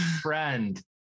friend